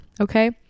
okay